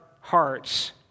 hearts